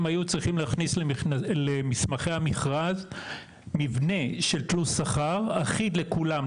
הם היו צריכים להכניס למסמכי המכרז מבנה של תלוש שכר אחיד לכולם.